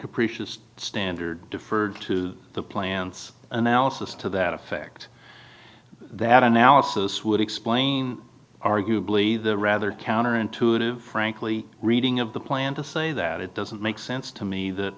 capricious standard deferred to the plants analysis to that effect that analysis would explain arguably the rather counterintuitive frankly reading of the plan to say that it doesn't make sense to me that